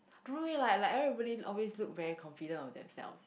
don't worry lah like like everybody always look very confident of themselves